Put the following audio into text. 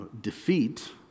defeat